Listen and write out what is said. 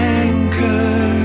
anchor